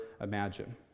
imagine